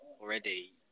already